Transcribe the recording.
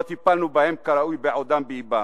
לא טיפלנו בהם כראוי בעודם באבם.